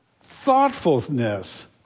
Thoughtfulness